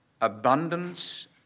abundance